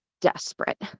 desperate